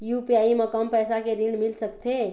UPI म कम पैसा के ऋण मिल सकथे?